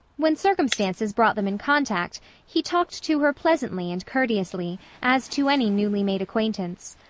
when circumstances brought them in contact he talked to her pleasantly and courteously, as to any newly-made acquaintance.